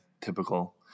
typical